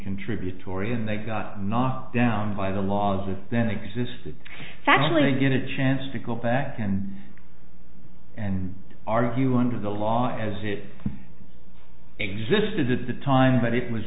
contributory and they got knocked down by the laws and that existed actually get a chance to go back and and argue under the law as it existed at the time but it was